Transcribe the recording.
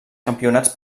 campionats